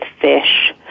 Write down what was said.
fish